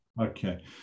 okay